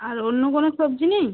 আর অন্য কোনো সবজি নেই